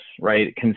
right